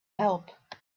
help